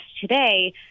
today